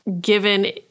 given